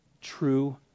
true